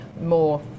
more